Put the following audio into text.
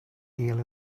deal